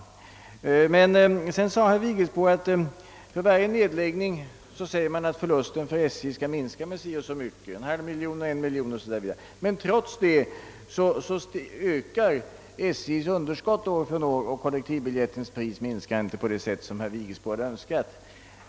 För det andra sade herr Vigelsbo att man för varje nedläggning säger, att förlusten för SJ skall minska med så eller så mycket, en halv miljon eller en miljon o. s. v., men trots det ökar SJ:s underskott år från år, och »kollektivbiljettens» pris minskar inte på det sätt som herr Vigelsbo önskat.